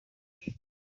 figures